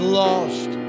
lost